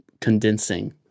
condensing